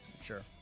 sure